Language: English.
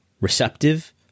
receptive